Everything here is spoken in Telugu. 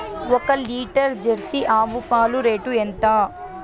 ఒక లీటర్ జెర్సీ ఆవు పాలు రేటు ఎంత?